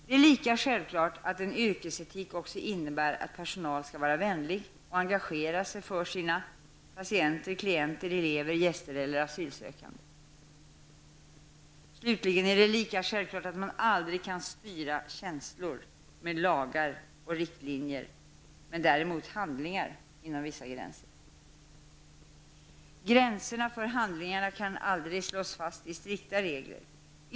Det är lika självklart att en yrkesetik också innebär att personal skall vara vänlig och engagera sig för sina patienter, klienter, elever, gäster eller asylsökande. Slutligen är det lika självklart att man aldrig kan styra känslor med lagar och riktlinjer, men däremot handlingar inom vissa gränser. Gränserna för handlingarna kan aldrig slås fast i strikta regler.